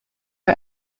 you